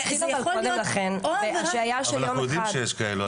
וזה יכול להיות --- אנחנו יודעים שיש כאלו.